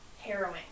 harrowing